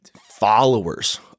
followers